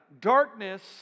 Darkness